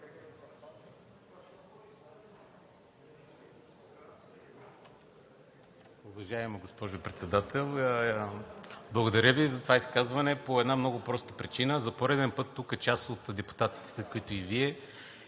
Уважаема госпожо Председател! Благодаря Ви за това изказване по една много проста причина. За пореден път тук част от депутатите, сред които и Вие,